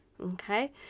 okay